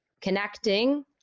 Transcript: connecting